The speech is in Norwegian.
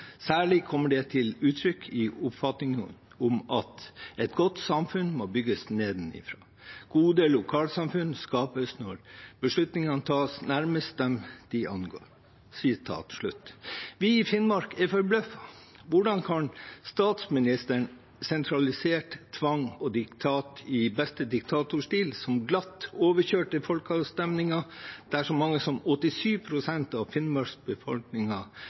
Særlig kommer det til uttrykk i oppfatningen om at et godt samfunn må bygges nedenfra gode lokalsamfunn skapes når beslutninger tas nærmest dem de angår» Vi i Finnmark er forbløffet. Hvordan kan statsministeren, som med sentralisert tvang og i beste diktatorstil glatt overkjørte folkeavstemningen der så mange som 87 pst. av Finnmarks